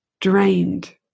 drained